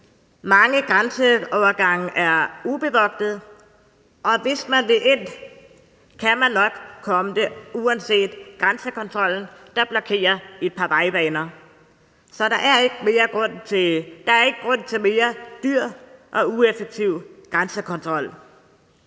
mange grænseovergange er ubevogtede, og hvis man vil ind, kan man godt komme det uanset grænsekontrollen, der blokerer et par vejbaner. Så der er ikke grund til mere dyr og ueffektiv grænsekontrol.